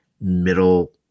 middle